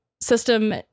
system